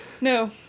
No